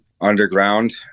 underground